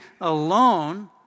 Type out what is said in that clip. alone